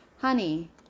Honey